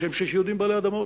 כשם שיש יהודים בעלי אדמות.